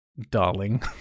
darling